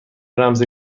رمز